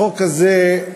החוק הזה,